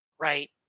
right